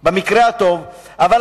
במקרה הטוב זה ברק אחר,